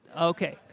okay